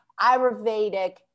Ayurvedic